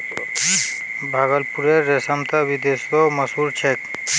भागलपुरेर रेशम त विदेशतो मशहूर छेक